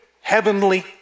heavenly